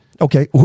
Okay